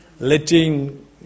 Letting